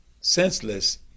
senseless